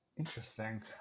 Interesting